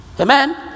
Amen